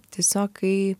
tiesiog kai